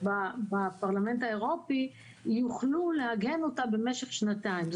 בפרלמנט האירופאי יוכלו לעגן אותה במשך שנתיים.